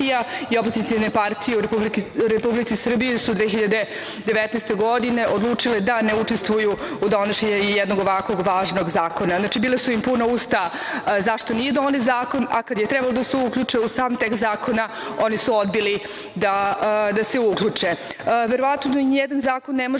i opozicione partije u Republici Srbiji su 2019. godine odlučile da ne učestvuju u donošenju jednog ovakvog zakona. Znači, bila su ima puna usta zašto nije donet zakon, a kada je trebalo da se uključe u sam tekst zakona, oni su odbili da se uključe. Verovatno nijedan zakon ne može